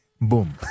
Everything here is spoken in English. Boom